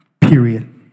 period